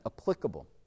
applicable